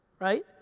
right